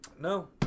No